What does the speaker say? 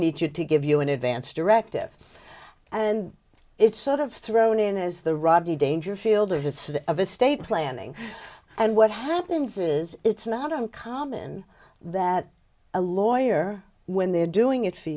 need you to give you an advance directive and it's sort of thrown in as the rodney dangerfield or just sort of estate planning and what happens is it's not uncommon that a lawyer when they're doing it for